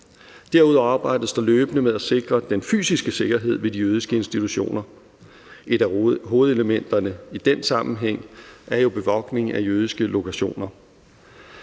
Derudover arbejdes der løbende med at sikre den fysiske sikkerhed ved de jødiske institutioner. Et af hovedelementerne i den sammenhæng er jo bevogtning af jødiske lokationer.